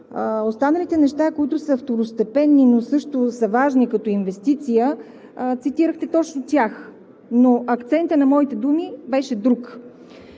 Останалите неща, които са второстепенни, но също са важни като инвестиция – цитирахте точно тях, но акцентът на моите думи беше друг.